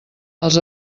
els